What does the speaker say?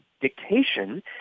dictation